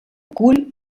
cull